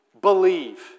believe